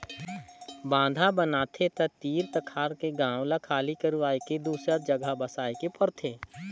बांधा बनाथे त तीर तखार के गांव ल खाली करवाये के दूसर जघा बसाए के परथे